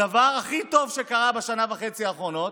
הדבר הכי טוב שקרה בשנה וחצי האחרונות,